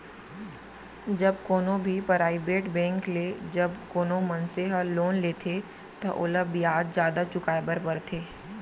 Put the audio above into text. जब कोनो भी पराइबेट बेंक ले जब कोनो मनसे ह लोन लेथे त ओला बियाज जादा चुकाय बर परथे